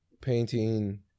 painting